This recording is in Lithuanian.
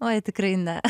oi tikrai ne